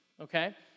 okay